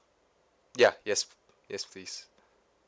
yeah yes yes please